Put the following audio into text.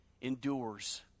endures